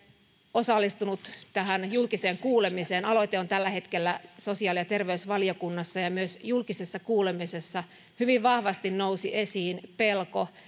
osallistunut tähän julkiseen kuulemiseen aloite on tällä hetkellä sosiaali ja terveysvaliokunnassa ja myös julkisessa kuulemisessa hyvin vahvasti nousi esiin pelko